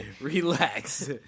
Relax